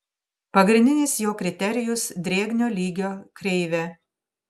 pagrindinis jo kriterijus drėgnio lygio kreivė